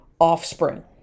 offspring